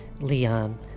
Leon